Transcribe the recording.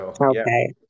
Okay